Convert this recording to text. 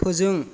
फोजों